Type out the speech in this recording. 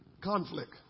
Conflict